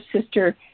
Sister